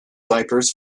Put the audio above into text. diapers